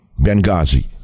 Benghazi